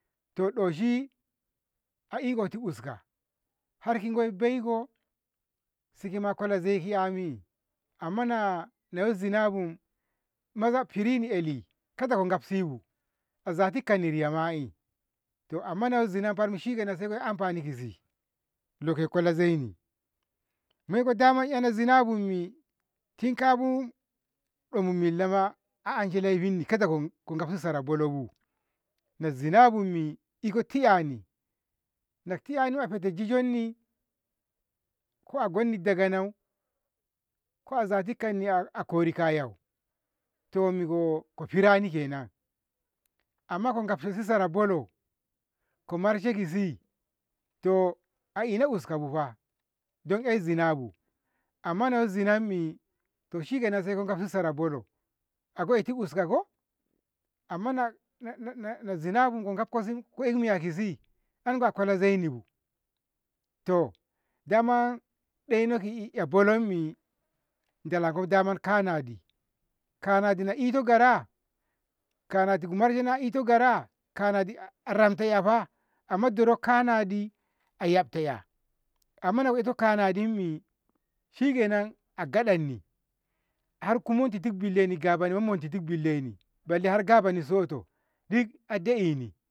to doshi a ikoti uska harki goi beko sima kola zaiki yami amma na- naya zinabu maza firini 'yali kada ko gafsibu zatikkani riyama'i to amma na ya yo zina barmi sai a eh amfani kisi leko kola zaini moiko daman ehni zinabummi tin kabun ɗo mumun millama a anshe lefinni kada ko gafsi sara bolobu zinabummi iko 'yani naki yani a fete ki jijonni ko a gonni daganau ko zatikkoni a a kori kayau to miki kifirani kenan amma ko gfsasi sara bolo ko marshe kisi to a ina uskabu fah dan eh zinabu amma na'ya zinammi to shikenan saiko gafsi sara bolo a ko'ehto uskako amana nah- nah- zinabu ko gafko ko eh miya kisi ango a kola zainibu to daman ɗenoki bolommi dalanko daman kanadi, kanadi na ito gara, kanadi ki marshe na ito gara, kanadi a ramta 'yafah amma duro kanadi a yafta 'ya amma na ito kanadimmi shikenan a gaɗanni harku mantitti billeni gabono ku muntitti billeni balle gani soto duk a da'eni.